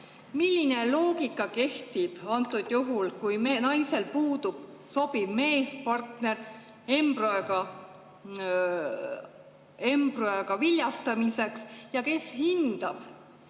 Milline loogika kehtib antud juhul, kui naisel puudub sobiv meespartner, embrüoga viljastamiseks? Ja kes hindab,